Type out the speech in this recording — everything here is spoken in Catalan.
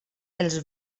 els